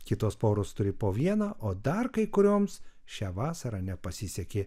kitos poros turi po vieną o dar kai kurioms šią vasarą nepasisekė